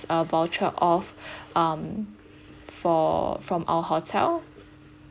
uh voucher of um for from our hotel